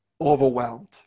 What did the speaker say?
overwhelmed